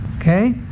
Okay